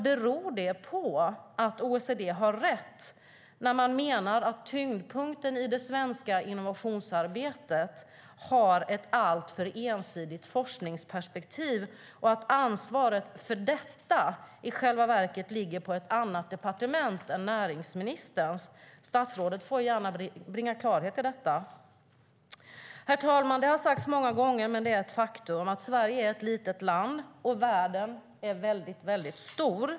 Beror det på att OECD har rätt när man menar att tyngdpunkten i det svenska innovationsarbetet har ett alltför ensidigt forskningsperspektiv och att ansvaret för detta i själva verket ligger på ett annat departement än näringsministerns? Statsrådet får gärna bringa klarhet i detta. Herr talman! Det har sagts många gånger och det är ett faktum: Sverige är ett litet land, och världen är väldigt stor.